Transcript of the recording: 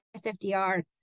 SFDR